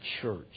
church